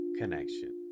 connection